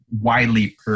widely